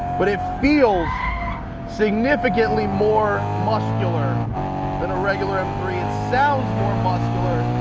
but it feels significantly more muscular than a regular m three. it sounds more muscular.